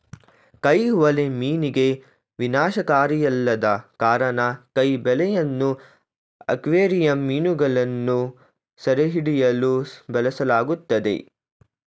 ಕೈ ಬಲೆ ಮೀನಿಗೆ ವಿನಾಶಕಾರಿಯಲ್ಲದ ಕಾರಣ ಕೈ ಬಲೆಯನ್ನು ಅಕ್ವೇರಿಯಂ ಮೀನುಗಳನ್ನು ಸೆರೆಹಿಡಿಯಲು ಬಳಸಲಾಗ್ತದೆ